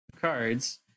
cards